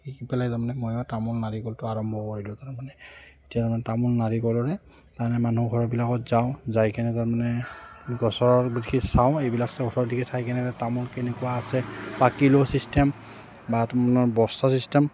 কিনি পেলাই তাৰমানে ময়ো তামোল নাৰিকলটো আৰম্ভ কৰিলোঁ তাৰমানে এতিয়া তাৰমানে তামোল নাৰিকলৰে তাৰমানে মানুহ ঘৰবিলাকত যাওঁ যাই কেনে তাৰমানে গছৰৰ চাওঁ এইবিলাক চাই কেনে তামোল কেনেকুৱা আছে বা কিলো ছিষ্টেম বা বস্তাৰ চিষ্টেম